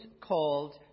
called